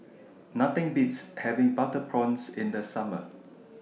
Nothing Beats having Butter Prawns in The Summer